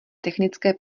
technické